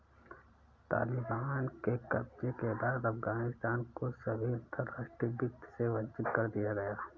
तालिबान के कब्जे के बाद अफगानिस्तान को सभी अंतरराष्ट्रीय वित्त से वंचित कर दिया गया